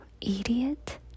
idiot